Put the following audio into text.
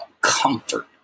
comfort